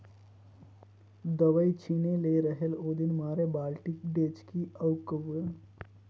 दवई छिंचे ले रहेल ओदिन मारे बालटी, डेचकी अउ कइयो किसिम कर भांड़ा ल धइर के जाएं पानी डहराए का नांव ले के